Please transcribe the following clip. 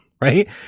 right